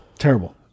Terrible